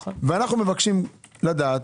ואנחנו מבקשים לדעת,